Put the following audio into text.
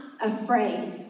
afraid